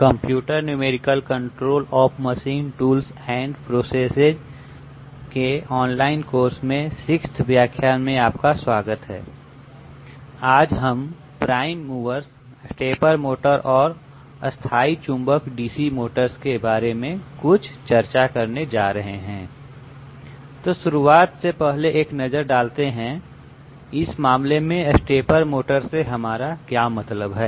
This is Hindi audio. computer numerical control of machine tools and processes में ऑनलाइन कोर्स के 6th व्याख्यान में स्वागत है आज हम प्राइम मूवर्स स्टेपर मोटर और स्थाई चुंबक डीसी मोटर्स के बारे में कुछ चर्चा करने जा रहे हैं तो शुरुआत से पहले एक नजर देते हैं इस मामले में स्टेपर मोटर से हमारा क्या मतलब है